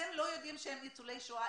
אתם לא יודעים שהם ניצולי שואה?